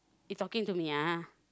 he talking to me ah